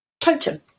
totem